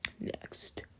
next